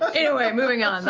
anyway, moving on,